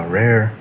rare